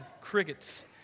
crickets